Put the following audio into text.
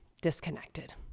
disconnected